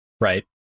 Right